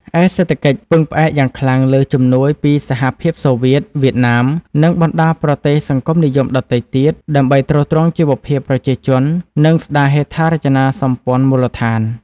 ឯសេដ្ឋកិច្ចពឹងផ្អែកយ៉ាងខ្លាំងលើជំនួយពីសហភាពសូវៀត វៀតណាម និងបណ្ដាប្រទេសសង្គមនិយមដទៃទៀត ដើម្បីទ្រទ្រង់ជីវភាពប្រជាជន និងស្ដារហេដ្ឋារចនាសម្ព័ន្ធមូលដ្ឋាន ។